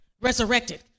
resurrected